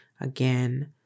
again